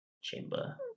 chamber